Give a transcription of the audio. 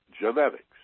genetics